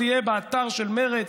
אז יהיה באתר של מרצ,